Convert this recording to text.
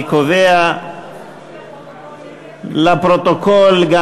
אני קובע תוסיף אותי לפרוטוקול נגד.